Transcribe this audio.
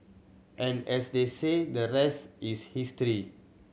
and as they say the rest is history